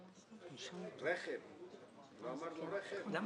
אני מבינה, אבל לגבי הפטקא.